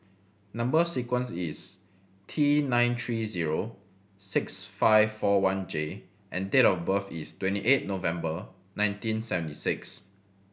number sequence is T nine three zero six five four one J and date of birth is twenty eight November nineteen seventy six